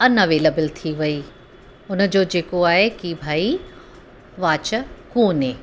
unavailable थी वयी हुन जो जेको आए कि भई वाच कोने